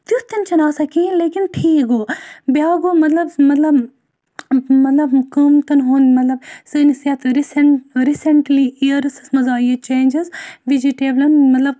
تِیُتھ تہ چھُنہٕ آسان کِہیٖنۍ لیکِن ٹھیک گوٚو بیاکھ گوٚو مطلب مطلب مطلب کۭمتَن ہُند مطلب سٲنِس یَتھ ریسینٹ ریسینٹلی یِیٲرسَس مَنٛز آیہِ چینجِس وِجِٹیبلَن مطلب